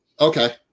Okay